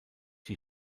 die